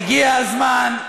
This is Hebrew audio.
הגיע הזמן,